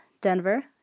Denver